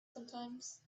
sometimes